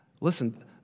Listen